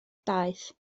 daeth